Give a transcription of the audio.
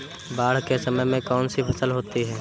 बाढ़ के समय में कौन सी फसल होती है?